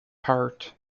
parts